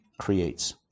creates